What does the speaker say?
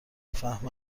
فهم